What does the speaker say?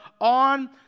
on